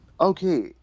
Okay